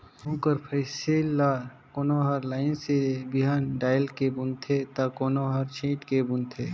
गहूँ कर फसिल ल कोनो हर लाईन सिरे बीहन डाएल के बूनथे ता कोनो हर छींट के बूनथे